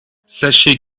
sachez